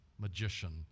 magician